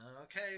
okay